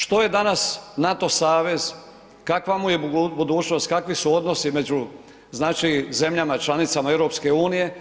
Što je danas NATO savez, kakva mu je budućnost, kakvi su odnosi među znači zemljama članicama EU?